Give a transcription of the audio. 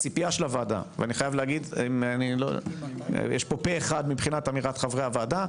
ציפיית הוועדה - יש פה פה אחד מבחינת חברי הוועדה